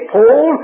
Paul